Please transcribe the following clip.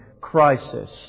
crisis